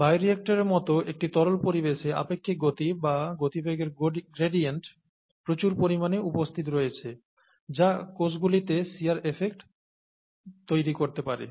বায়োরিয়েক্টরের মতো একটি তরল পরিবেশে আপেক্ষিক গতি বা গতিবেগের গ্রেডিয়েন্ট প্রচুর পরিমাণে উপস্থিত রয়েছে যা কোষগুলিতে শিয়ার এফেক্ট তৈরি করতে পারে